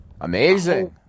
Amazing